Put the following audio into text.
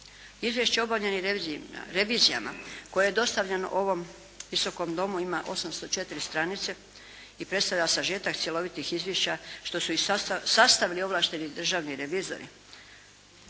Izvješće o obavljenim revizijama koje je dostavljeno ovom Visokom domu ima 804 stranice i predstavlja sažetak cjelovitih izvješća što su ih sastavili ovlašteni državni revizori.